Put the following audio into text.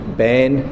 ban